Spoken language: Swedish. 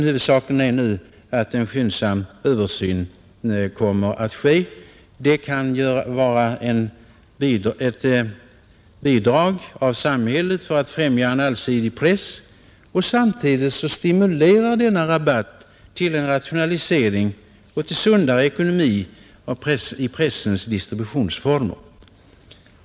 Huvudsaken är nu att en skyndsam översyn kommer att ske. Det kan vara ett bidrag av samhället för att främja en allsidig press, och samtidigt stimulerar denna rabatt till rationalisering och sundare ekonomi i pressens distributionsformer.